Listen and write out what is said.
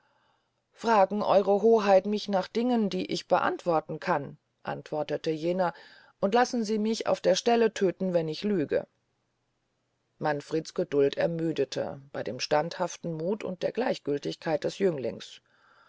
fragen ihre hoheit mich nach dingen die ich beantworten kann antwortete jener und lassen sie mich auf der stelle tödten wenn ich lüge manfreds geduld ermüdete bey dem standhaften muth und der gleichgültigkeit des jünglings